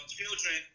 children